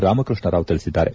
ರಾಮಕೃಷ್ಣ ರಾವ್ ತಿಳಿಸಿದ್ದಾರೆ